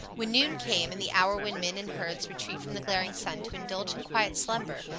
when noon came and the hour when men and herds retreat from the glaring sun to indulge in quiet slumber,